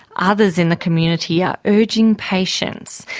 others in the community are urging patience.